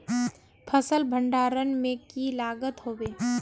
फसल भण्डारण में की लगत होबे?